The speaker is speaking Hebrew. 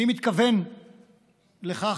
אני מתכוון לכך.